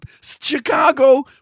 Chicago